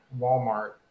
Walmart